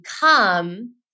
become